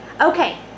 Okay